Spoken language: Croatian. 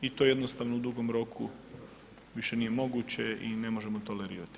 I to jednostavno u dugom roku nije moguće i ne možemo tolerirati.